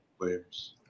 players